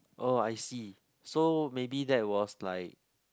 oh I see so maybe that was like